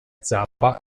zappa